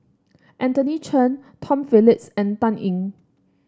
Anthony Chen Tom Phillips and Dan Ying